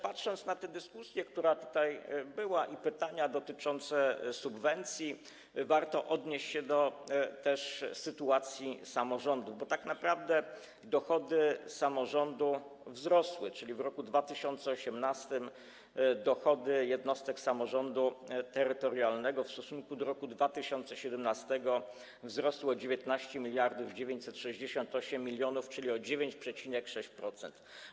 Patrząc na dyskusję, która tutaj była, i pytania dotyczące subwencji, warto też odnieść się do sytuacji samorządów, bo tak naprawdę dochody samorządu wzrosły, czyli w roku 2018 dochody jednostek samorządu terytorialnego w stosunku do roku 2017 wzrosły o 19 968 mln, czyli o 9,6%.